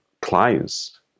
clients